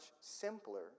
simpler